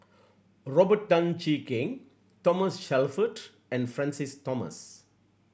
Robert Tan Jee Keng Thomas Shelford and Francis Thomas